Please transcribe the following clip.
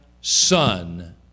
son